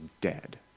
dead